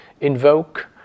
invoke